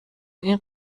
این